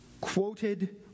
quoted